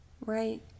Right